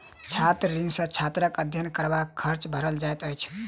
छात्र ऋण सॅ छात्रक अध्ययन करबाक खर्च भरल जाइत अछि